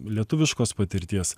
lietuviškos patirties